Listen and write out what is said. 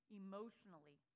emotionally